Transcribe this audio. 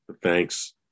Thanks